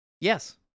Yes